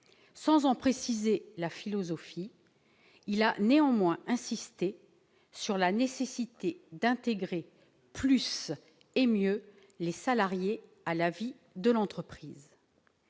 Sans en préciser la philosophie, il a néanmoins insisté sur la nécessité d'intégrer plus et mieux les salariés à la vie de l'entreprise.